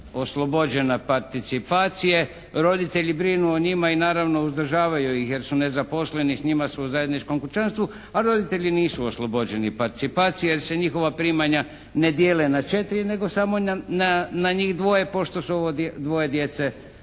oslobođena participacije, roditelji brinu o njima i naravno uzdržavaju ih jer su nezaposleni, s njima su u zajedničkom kućanstvu a roditelji nisu oslobođeni participacije jer se njihova primanja ne dijele na četiri nego samo na njih dvoje pošto su ovo dvoje djece